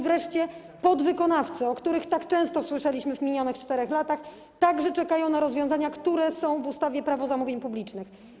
Wreszcie podwykonawcy, o których tak często słyszeliśmy w minionych 4 latach, także czekają na rozwiązania, które są w ustawie - Prawo zamówień publicznych.